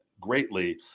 greatly